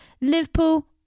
Liverpool